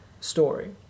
story